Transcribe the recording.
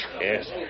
Yes